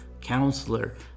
counselor